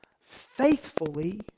faithfully